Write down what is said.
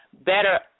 better